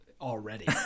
already